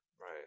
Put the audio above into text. right